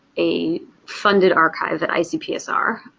a funded archive at icpsr.